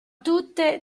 tutte